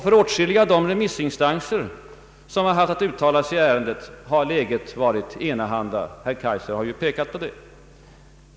För åtskilliga av de remissinstanser som haft att uttala sig i ärendet har läget varit enahanda. Herr Kaijser har pekat på det.